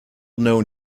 known